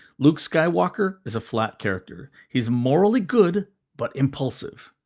luke skywalker is a flat character. he's morally good but impulsive.